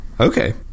okay